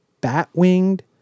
bat-winged